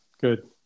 Good